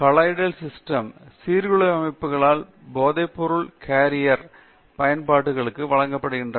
காலாய்டில் systems சீர்குலைவு அமைப்புகளால் போதைப்பொருள் கேரியர் பயன்பாடுகளுக்கு வடிவமைக்கப்பட்டுள்ளன